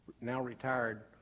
now-retired